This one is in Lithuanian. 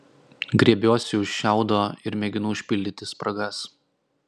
griebiuosi už šiaudo ir mėginu užpildyti spragas